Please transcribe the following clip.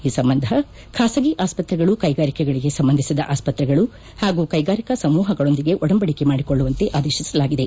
ಈ ಸಂಬಂಧ ಬಾಸಗಿ ಆಸ್ಪತ್ರೆಗಳು ಕೈಗಾರಿಕೆಗಳಿಗೆ ಸಂಬಂಧಿಸಿದ ಆಸ್ಪತ್ರೆಗಳು ಹಾಗೂ ಕೈಗಾರಿಕಾ ಸಮೂಹಗಳೊಂದಿಗೆ ಒಡಂಬಡಿಕೆ ಮಾಡಿಕೊಳ್ಳುವಂತೆ ಆದೇಶಿಸಲಾಗಿದೆ